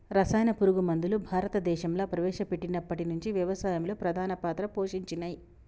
రసాయన పురుగు మందులు భారతదేశంలా ప్రవేశపెట్టినప్పటి నుంచి వ్యవసాయంలో ప్రధాన పాత్ర పోషించినయ్